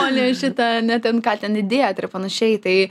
o ne šitą ne ten ką ten įdėt ir panašiai tai